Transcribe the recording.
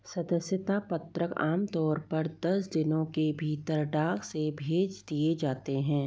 सदस्यता पत्रक आमतौर पर दस दिनों के भीतर डाक से भेज दिए जाते हैं